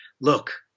look